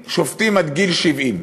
שופטים שופטים עד גיל 70,